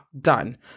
done